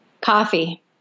Coffee